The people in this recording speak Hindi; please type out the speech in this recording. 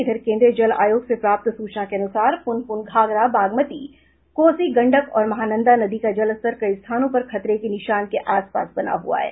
इधर केन्द्रीय जल आयोग से प्राप्त सूचना के अनुसार पुनपुन घाघरा बागमती कोसी गंडक और महानंदा नदी का जलस्तर कई स्थानों पर खतरे के निशान के आसपास बना हुआ है